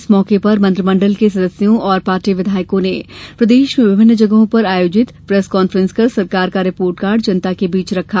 इस मौके पर मंत्रिमंडल के सदस्यों और पार्टी विधायकों ने प्रदेश में विभिन्न जगहों पर आयोजित प्रेस कांफ्रेंस कर सरकार का रिपोर्ट कार्ड जनता के बीच रखा